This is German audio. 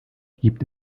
gibt